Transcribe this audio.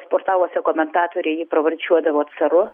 portaluose komentatoriai jį pravardžiuodavo caru